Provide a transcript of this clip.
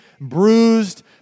bruised